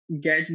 get